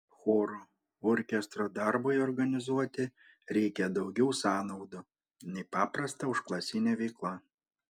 choro orkestro darbui organizuoti reikia daugiau sąnaudų nei paprasta užklasinė veikla